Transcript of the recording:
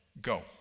Go